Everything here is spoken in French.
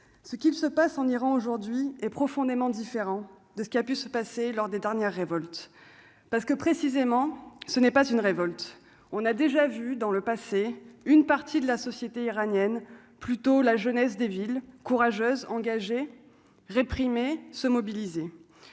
ce qu'il se passe en Iran aujourd'hui est profondément différent de ce qui a pu se passer lors des dernières révoltes parce que, précisément, ce n'est pas une révolte, on a déjà vu dans le passé une partie de la société iranienne plutôt la jeunesse des villes courageuse engagée se mobiliser,